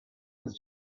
his